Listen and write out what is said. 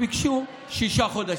ביקשו שישה חודשים.